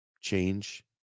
change